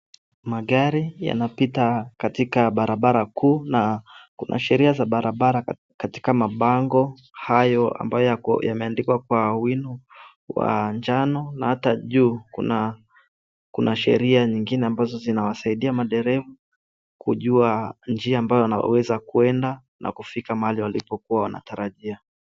Magari yanapita katika barabara kuu na kuna sheria za barabara katika mabango hayo ambayo yameandikwa kwa wino wa njano, na hata juu kuna sheria nyingine ambazo zinawasaidia madereva kujua njia ambayo wanaweza kuenda na kufika mahali walipokuwa wanatarajia.